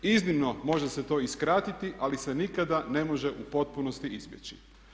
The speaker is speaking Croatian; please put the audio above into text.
Iznimno može se to i skratiti ali se nikada ne može u potpunosti izbjeći.